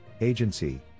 agency